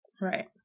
Right